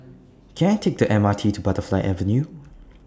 Can I Take The M R T to Butterfly Avenue